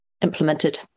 implemented